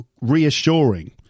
reassuring